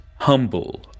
humble